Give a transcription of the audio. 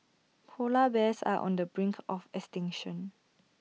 Polar Bears are on the brink of extinction